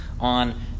on